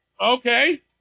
Okay